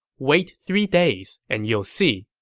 wait three days, and you'll see.